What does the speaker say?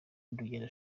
n’urugendo